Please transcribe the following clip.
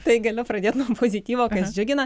tai galiu pradėti nuo pozityvo kas džiugina